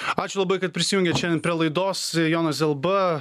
ačiū labai kad prisijungėt šiandien prie laidos jonas zelba